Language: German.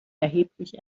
erheblich